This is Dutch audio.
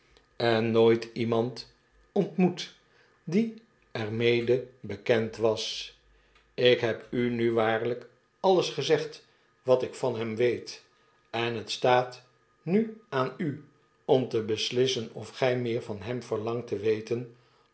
en nooit iemand ontmoet die er njede bekend was ik heb u nu waarlyk alles gezegd wat ik van hem weet en het staat nu aan u om te beslissen of gy meer van hem verlangt te weten